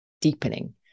deepening